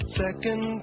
second